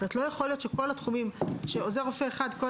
זאת אומרת לא יכול להיות שלרופא עוזר אחד כל